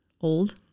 old